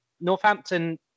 Northampton